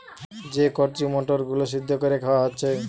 যে কচি মটর গুলো সিদ্ধ কোরে খাওয়া হচ্ছে